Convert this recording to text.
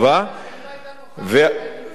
אם לא היית נוכח כאן הייתי מציין את המשרד שלך.